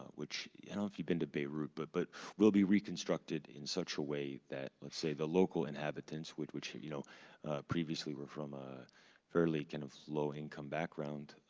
ah yeah know if you've been to beirut, but but will be reconstructed in such a way that let's say the local inhabitants, which which you know previously were from a fairly kind of low income background,